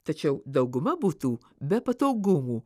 tačiau dauguma butų be patogumų